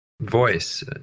voice